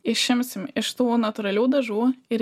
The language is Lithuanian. išimsim iš tų natūralių dažų ir